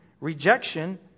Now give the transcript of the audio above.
rejection